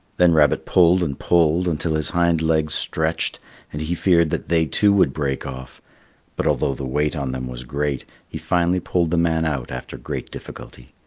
then rabbit pulled and pulled until his hind legs stretched and he feared that they too would break off but although the weight on them was great, he finally pulled the man out after great difficulty.